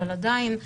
אבל עדיין,